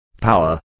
power